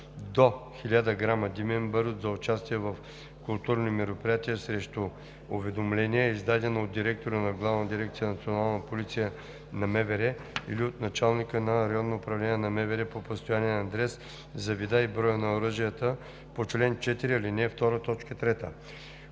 до 1000 грама димен барут за участие в културни мероприятия срещу уведомление, издадено от директора на ГДНП на МВР или от началника на РУ на МВР по постоянен адрес за вида и броя на оръжията по чл. 4, ал.